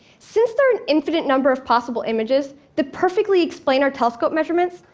since there are an infinite number of possible images that perfectly explain our telescope measurements,